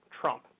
Trump